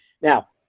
Now